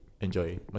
Enjoy